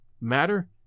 matter